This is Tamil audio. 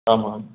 ஆமாம்